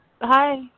hi